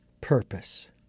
purpose